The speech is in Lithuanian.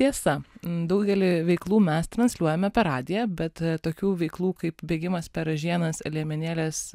tiesa daugelį veiklų mes transliuojame per radiją bet tokių veiklų kaip bėgimas per ražienas liemenėlės